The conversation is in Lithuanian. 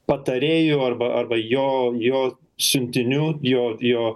patarėju arba arba jo jo siuntinių jo jo